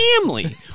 family